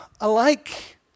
alike